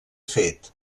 fet